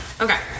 Okay